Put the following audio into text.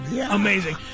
Amazing